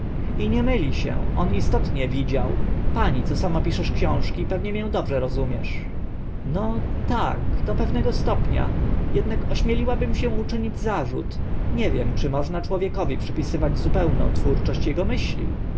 i nie myli się on istotnie widział pani co sama piszesz książki pewno mię dobrze rozumiesz no tak do pewnego stopnia jednak ośmieliłabym się uczynić zarzut nie wiem czy można człowiekowi przypisywać zupełną twórczość ego myśli